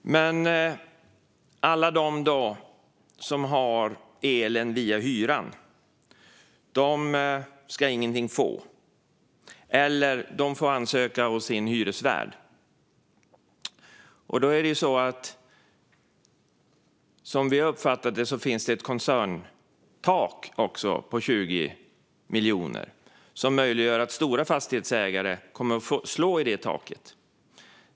Men alla de som har elen via hyran, då? De ska visst ingenting få, eller så får de ansöka hos sin hyresvärd. Som vi har uppfattat det finns det ett koncerntak på 20 miljoner, vilket gör att stora fastighetsägare kommer att slå i detta tak.